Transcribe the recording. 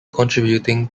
contributing